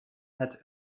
het